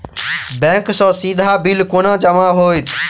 Bank सँ सीधा bill केना जमा होइत?